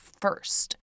first